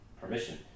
permission